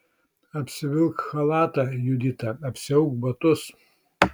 apsivilk chalatą judita apsiauk batus